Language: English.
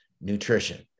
Nutrition